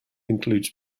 includes